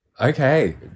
Okay